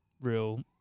real